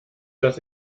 dass